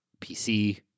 PC